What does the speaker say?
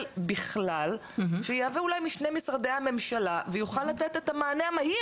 בכלל שיהווה אולי משני משרדי הממשלה ויוכל לתת את המענה המהיר,